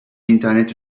i̇nternet